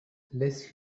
laisse